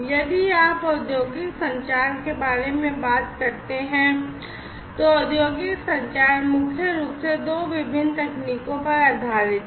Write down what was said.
यदि आप औद्योगिक संचार के बारे में बात करते हैं तो औद्योगिक संचार मुख्य रूप से दो विभिन्न तकनीकों पर आधारित था